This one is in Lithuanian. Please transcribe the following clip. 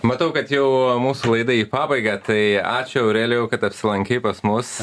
matau kad jau mūsų laida į pabaigą tai ačiū aurelijau kad apsilankei pas mus